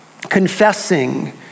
confessing